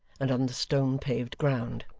and on the stone-paved ground.